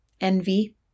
Envy